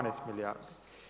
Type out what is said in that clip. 12 milijardi.